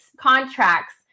contracts